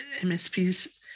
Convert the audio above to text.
MSPs